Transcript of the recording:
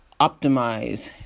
optimize